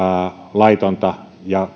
laitonta ja